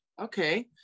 Okay